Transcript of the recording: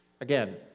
Again